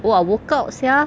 !wah! workout sia